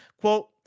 Quote